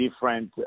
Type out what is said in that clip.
different